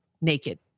naked